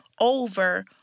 over